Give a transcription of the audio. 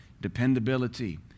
Dependability